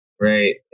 right